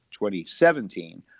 2017